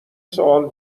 سوال